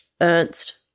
Ernst